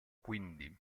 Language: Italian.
quindi